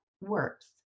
works